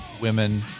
women